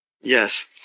Yes